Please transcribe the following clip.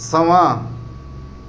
समां